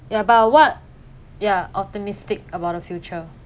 ya but what ya optimistic about the future